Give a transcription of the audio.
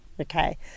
Okay